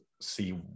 see